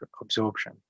absorption